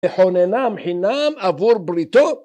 ‫לחוננם חינם עבור בריתו?